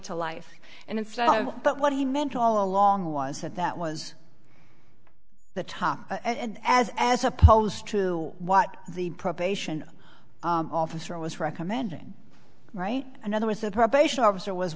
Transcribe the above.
to life and instead but what he meant all along was that that was the top end as as opposed to what the probation officer was recommending right another was the probation officer was